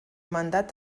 mandat